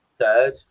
third